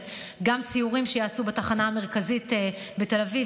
וגם סיורים שיעשו בתחנה המרכזית בתל אביב,